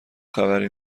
خبری